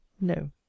No